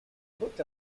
booked